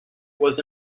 was